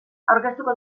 aurkeztu